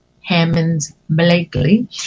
Hammonds-Blakely